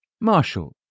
Marshall